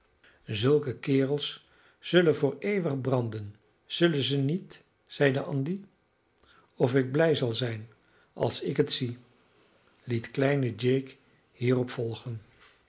zulke kerels zullen voor eeuwig branden zullen ze niet zeide andy of ik blij zal zijn als ik het zie liet kleine jake hierop volgen